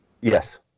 Yes